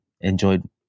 enjoyed